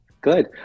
Good